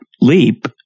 leap